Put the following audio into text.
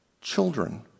children